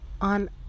on